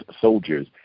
soldiers